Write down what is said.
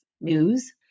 news